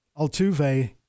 Altuve